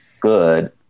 Good